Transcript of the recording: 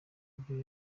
ibyo